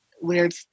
weird